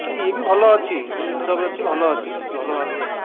sir ଇଏ ବି ଭଲ ଅଛି ଜିନିଷ ବି ଅଛି ଭଲ ଅଛି ଭଲ ମାଲ୍ ବି ଅଛି